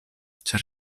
ĉar